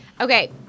Okay